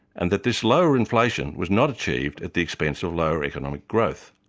and that this lower inflation was not achieved at the expense of lower economic growth.